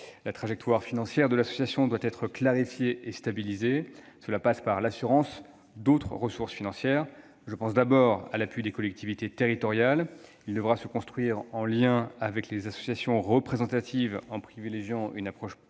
la trajectoire financière de l'association doit être clarifiée et stabilisée, mais cela passera par l'assurance de l'obtention d'autres ressources financières. Il me vient d'abord à l'esprit l'appui des collectivités territoriales, qui devra se construire en lien avec les associations représentatives, en privilégiant une approche pluriannuelle.